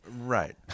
right